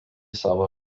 savo